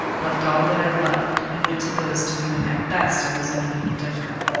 left all that i loved, and went to those to whom, at best, i was only indifferent.